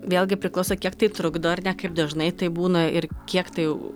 vėlgi priklauso kiek tai trukdo ar ne kaip dažnai tai būna ir kiek tai